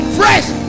fresh